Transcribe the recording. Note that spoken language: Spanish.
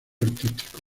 artístico